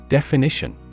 Definition